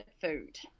food